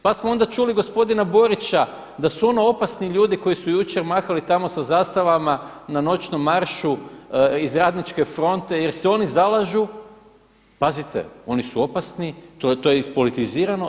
Pa smo onda čuli gospodina Borića da su ono opasni ljudi koji su jučer mahali tamo sa zastavama na noćnom maršu iz Radničke fronte jer se oni zalažu, pazite oni su opasni, to je ispolitizirano.